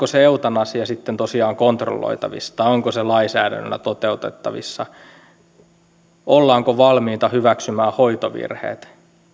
se eutanasia sitten tosiaan kontrolloitavissa tai onko se lainsäädännöllä toteutettavissa ollaanko valmiita hyväksymään hoitovirheet